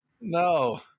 No